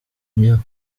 imyaka